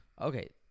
Okay